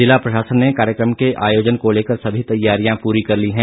जिला प्रशासन ने कार्यक्रम के आयोजन को लेकर सभी तैयारियां पूरी कर ली है